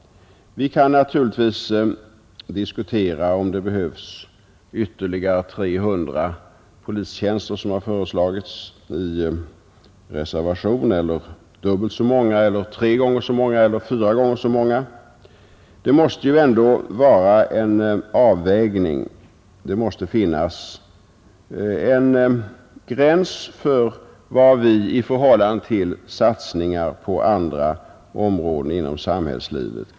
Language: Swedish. Vi kan naturligtvis diskutera om det behövs ytterligare 300 polistjänster, som man har föreslagit i en reservation, eller dubbelt så många, eller tre gånger så många, eller fyra gånger så många. Det måste ju ändå göras en avvägning, det måste finnas en gräns för vad vi kan göra på detta område i förhållande till de satsningar som görs på andra områden inom samhällslivet.